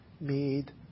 made